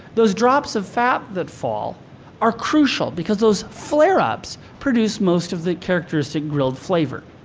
those drops of fat that fall are crucial because those flare-ups produce most of the characteristic grilled flavor.